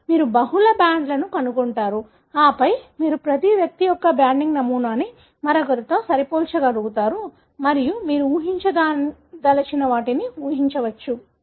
కాబట్టి మీరు బహుళ బ్యాండ్లను కనుగొంటారు ఆపై మీరు ప్రతి వ్యక్తి యొక్క బ్యాండింగ్ నమూనాను మరొకరితో సరిపోల్చగలుగుతారు మరియు మీరు ఊహించదలిచిన వాటిని ఊహించవచ్చు